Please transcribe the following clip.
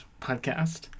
podcast